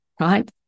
right